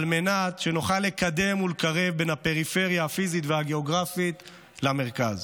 על מנת שנוכל לקדם ולקרב בין הפריפריה הפיזית והגיאוגרפית למרכז.